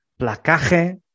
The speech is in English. placaje